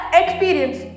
experience